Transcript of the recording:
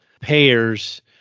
payers